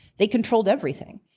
they controlled everything.